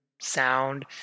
sound